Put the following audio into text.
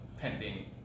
pending